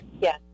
Yes